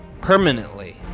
permanently